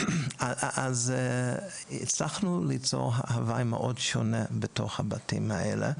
אז הצלחנו ליצור הווי מאוד שונה בתוך הבתים האלה.